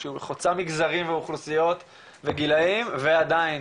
שהיא חוצה מגזרים ואוכלוסיות וגילאים ועדיין